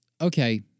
Okay